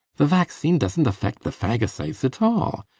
the vaccine doesnt affect the phagocytes at all.